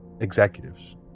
executives